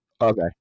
Okay